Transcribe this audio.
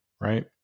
right